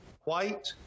white